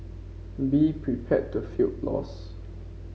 be prepared to feel lost